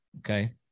okay